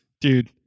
Dude